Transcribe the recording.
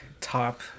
top